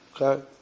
Okay